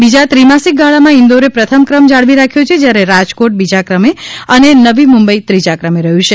બીજા ત્રિમાસિક ગાળામાં ઇન્દોરે પ્રથમ ક્રમ જાળવી રાખ્યો છે જયારે રાજકોટ બીજા ક્રમે અને નવી મુંબઇ ત્રીજા ક્રમે રહ્યું છે